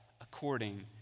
according